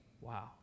Wow